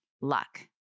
luck